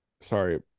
Sorry